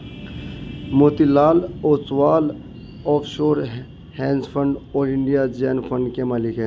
Motilal Oswal offshore hedge fund और India Zen fund के मालिक हैं